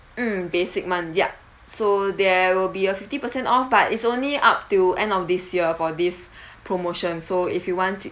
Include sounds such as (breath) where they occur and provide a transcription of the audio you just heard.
mm basic ones ya so there will be a fifty percent off but it's only up to end of this year for this (breath) promotion so if you want to